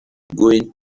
going